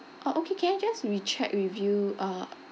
oh okay can I just re check with you uh